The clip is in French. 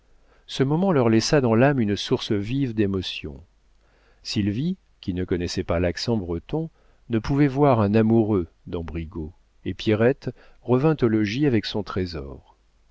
ce moment leur laissa dans l'âme une source vive d'émotions sylvie qui ne connaissait pas l'accent breton ne pouvait voir un amoureux dans brigaut et pierrette revint au logis avec son trésor